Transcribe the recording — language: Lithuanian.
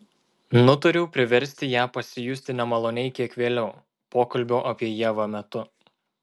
nutariau priversti ją pasijusti nemaloniai kiek vėliau pokalbio apie ievą metu